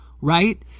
right